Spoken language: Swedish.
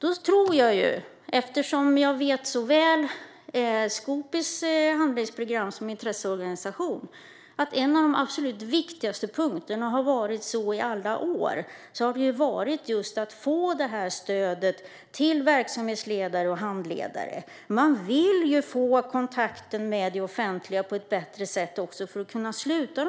Utifrån intresseorganisationen Skoopis handlingsprogram vet jag så väl att en av de absolut viktigaste punkterna - och den har varit densamma i alla år - är att just få stödet till verksamhetsledare och handledare. Man vill ju få en bättre kontakt med det offentliga för att kunna sluta sådana avtal.